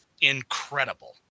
incredible